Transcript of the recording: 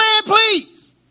please